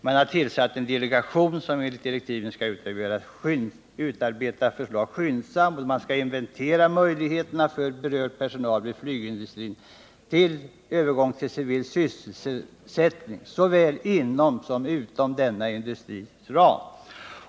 Man har tillsatt en delegation som enligt direktiven skall arbeta skyndsamt för att inventera möjligheterna till övergång för berörd personal vid flygindustrin till civil sysselsättning såväl inom som utom denna industris ram.